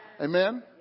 Amen